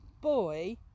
boy